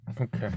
Okay